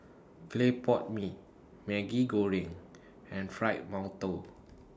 Clay Pot Mee Maggi Goreng and Fried mantou